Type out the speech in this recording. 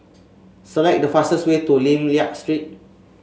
select the fastest way to Lim Liak Street